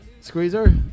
Squeezer